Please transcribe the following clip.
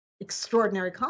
extraordinary